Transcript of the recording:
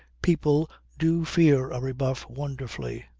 people do fear a rebuff wonderfully,